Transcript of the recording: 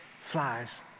flies